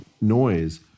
noise